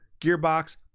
Gearbox